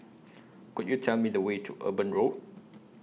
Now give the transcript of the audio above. Could YOU Tell Me The Way to Eben Road